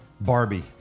Barbie